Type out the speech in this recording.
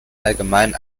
allgemein